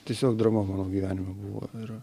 tiesiog drama mano gyvenime buvo ir